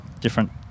different